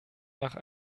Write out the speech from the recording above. nach